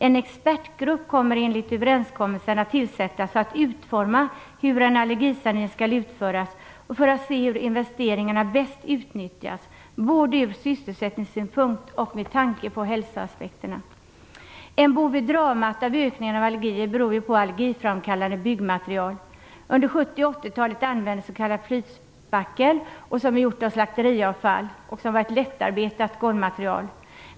En expertgrupp kommer enligt överenskommelsen att tillsättas för att utforma hur en allergisanering skall utföras och för att se hur investeringarna bäst skall kunna utnyttjas både ur sysselsättningssynpunkt och med tanke på hälsoaspekterna. En bov i dramat med ökningen av allergierna är allergiframkallande byggmaterial. Under 1970 och 1980-talen användes s.k. flytspackel, som är gjort av slakteriavfall och som är ett lättarbetat golvmaterial.